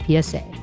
PSA